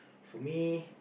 for me